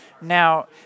Now